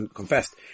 confessed